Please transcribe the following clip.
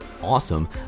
awesome